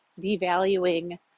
devaluing